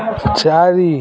ଚାରି